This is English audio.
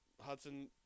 Hudson